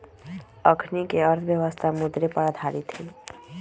अखनीके अर्थव्यवस्था मुद्रे पर आधारित हइ